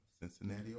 Cincinnati